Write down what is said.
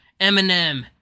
Eminem